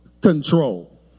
control